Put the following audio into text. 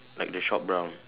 like the shop brown